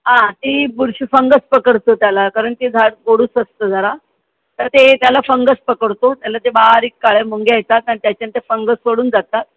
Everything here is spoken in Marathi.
हां ती बुरशी फंगस पकडतो त्याला कारण ते झाड गोडूस असतं जरा तर ते त्याला फंगस पकडतो त्याला ते बारीक काळ्या मुंग्या येतात आणि त्याच्याने ते फंगस पडून जातात